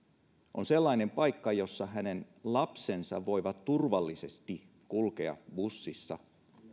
on sellainen paikka jossa hänen lapsensa voivat turvallisesti kulkea bussissa